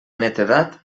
netedat